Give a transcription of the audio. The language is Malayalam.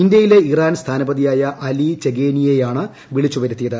ഇന്ത്യയിലെ ഇറാൻ സ്ഥാനപതിയായ അലി ചെഗേനിയെയാണ് വിളിച്ചുവരുത്തിയത്